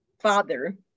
father